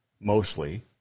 mostly